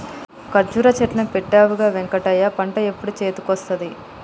కర్జురా చెట్లు పెట్టవుగా వెంకటయ్య పంట ఎప్పుడు చేతికొస్తది